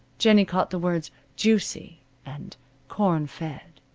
jennie caught the words juicy and corn-fed.